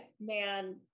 man